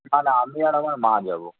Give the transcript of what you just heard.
না না আমি আর আমার মা যাব